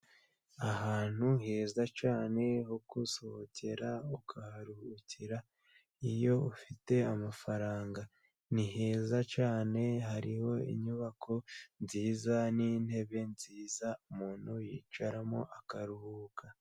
Ahantu heza cyane ho gusohokera, ukaharuhukira iyo ufite amafaranga . Ni heza cyane, hariho inyubako nziza n'intebe nziza umuntu yicaramo akaruhuka.